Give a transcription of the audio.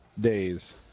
days